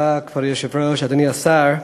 כבוד היושב-ראש, אדוני השר,